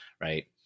right